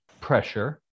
pressure